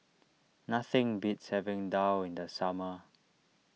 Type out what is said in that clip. nothing beats having Daal in the summer